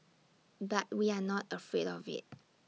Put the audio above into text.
but we are not afraid of IT